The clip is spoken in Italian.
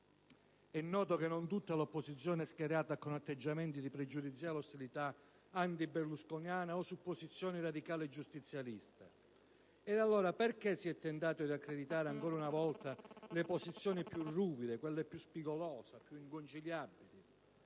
È noto che non tutta l'opposizione è schierata con atteggiamenti di pregiudiziale ostilità antiberlusconiana o su posizioni radicali e giustizialiste. Ed allora perché si è tentato di accreditare ancora una volta le posizioni più ruvide e più spigolose, più inconciliabili?